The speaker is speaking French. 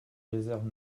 réserves